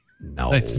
no